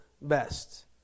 best